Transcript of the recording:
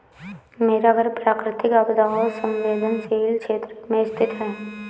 मेरा घर प्राकृतिक आपदा संवेदनशील क्षेत्र में स्थित है